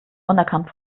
unerkannt